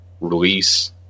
release